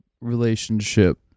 relationship